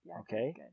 Okay